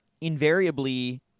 invariably